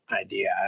Idea